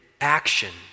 action